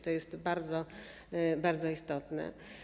To jest bardzo, bardzo istotne.